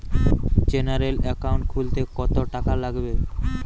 General account খুলতে কত টাকা লাগবে?